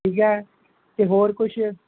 ਠੀਕ ਹੈ ਅਤੇ ਹੋਰ ਕੁਛ